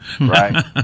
right